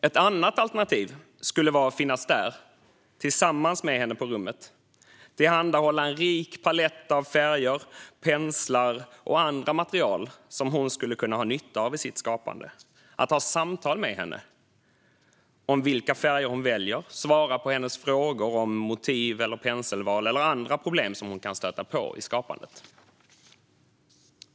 Ett annat alternativ skulle vara att finnas där, tillsammans med henne på rummet, tillhandahålla en rik palett av färger, penslar och andra material som hon skulle kunna ha nytta av i sitt skapande, ha samtal med henne om vilka färger hon väljer, svara på hennes frågor om motiv eller penselval eller andra problem som hon kan stöta på i skapandet.